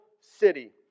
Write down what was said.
city